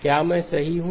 क्या मैं सही हूँ